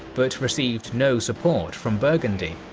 but received no support from burgundy.